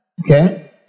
Okay